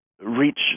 reach